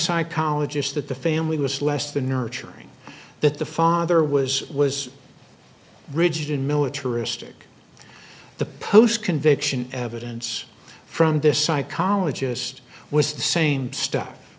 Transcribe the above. psychologist that the family was less than nurturing that the father was was rigid militaristic the post conviction evidence from this psychologist was the same stuff